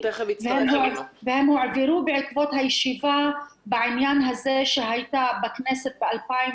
והם הועברו בעקבות הישיבה שהייתה בכנסת בעניין